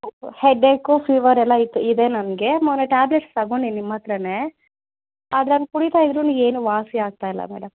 headache ಫೀವರೆಲ್ಲಾ ಇತ್ತು ಇದೆ ನನಗೆ ಮೊನ್ನೆ ಟ್ಯಾಬ್ಲೆಟ್ಸ್ ತಗೊಂಡೆ ನಿಮ್ಮ ಹತ್ರನೇ ಅದ್ರನ್ನು ಕುಡೀತಾ ಇದ್ರು ಏನು ವಾಸಿಯಾಗ್ತಾ ಇಲ್ಲ ಮೇಡಮ್